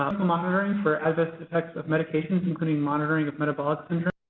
monitoring for adverse effects of medications, including monitoring of metabolic syndrome.